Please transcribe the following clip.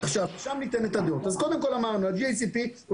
אז כמו שאמרנו, ה-GACP הוא